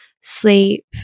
sleep